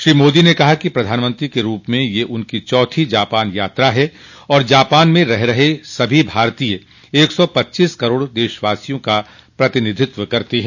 श्री मोदी ने कहा कि प्रधानमंत्री के रूप में यह उनकी चौथी जापान यात्रा है और जापान में रह रहे सभी भारतीय एक सौ पच्चीस करोड़ देशवासियों का प्रतिनिधित्व करते हैं